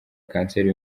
kanseri